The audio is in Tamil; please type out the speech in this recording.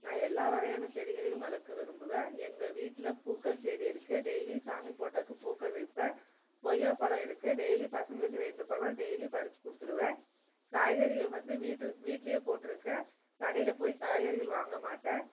நான் எல்லா வகையான செடிகளையும் வளர்க்க விரும்புவேன் எங்கள் வீட்டில பூக்கள் செடி இருக்குது டெய்லி சாமி போட்டாவுக்கு பூக்கள் வைப்பேன் கொய்யாப்பழம் இருக்குது டெய்லி பசங்களுக்கு ரெண்டு பழம் டெய்லி பறிச்சு கொடுத்துருவேன் காய்கறிகள் வந்து வீட்டு வீட்டிலயே போட்டிருக்கேன் கடையில் போய் காய்கறிகள் வாங்க மாட்டேன்